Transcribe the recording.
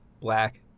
Black